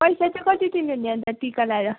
पैसा चाहिँ कति दिनुहुने अन्त टीका लाएर